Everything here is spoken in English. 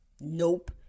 Nope